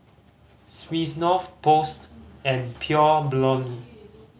Smirnoff Post and Pure Blonde